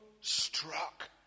struck